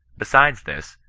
besides this,